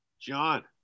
John